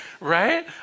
right